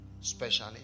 Specially